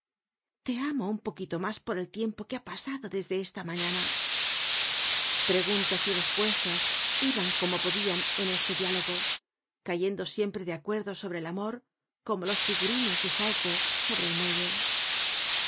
te amo un poquito mas por el tiempo que ha pasado desde esta mañana preguntas y respuestas iban como podian en este diálogo cayendo siempre de acuerdo sobre el amor como jos figurines de sauco sobre el muelle